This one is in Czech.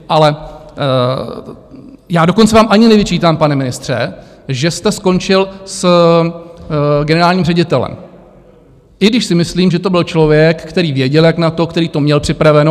Ale já vám dokonce ani nevyčítám, pane ministře, že jste skončil s generálním ředitelem, i když si myslím, že to byl člověk, který věděl, jak na to, který to měl připraveno.